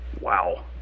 Wow